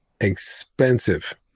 expensive